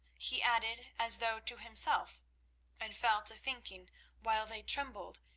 he added as though to himself and fell to thinking while they trembled,